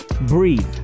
Breathe